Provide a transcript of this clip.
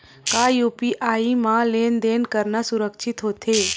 का यू.पी.आई म लेन देन करना सुरक्षित होथे?